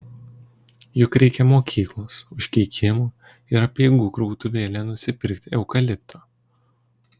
juk reikia mokyklos užkeikimų ir apeigų krautuvėlėje nusipirkti eukalipto